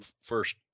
first